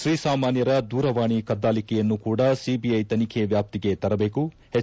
ತ್ರೀಸಾಮಾನ್ಗರ ದೂರವಾಣಿ ಕದ್ದಾಲಿಕೆಯನ್ನೂ ಕೂಡಾ ಸಿಬಿಐ ತನಿಖೆ ವ್ಯಾಪ್ತಿಗೆ ತರಬೇಕು ಎಚ್